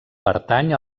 pertany